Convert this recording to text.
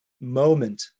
moment